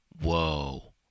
whoa